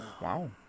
Wow